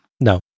No